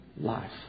life